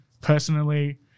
personally